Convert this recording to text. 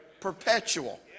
perpetual